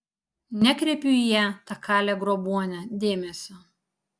nekreipiu į ją tą kalę grobuonę dėmesio